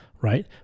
Right